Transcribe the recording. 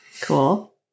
Cool